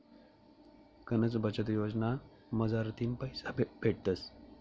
गनच बचत योजना मझारथीन पैसा भेटतस